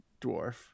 dwarf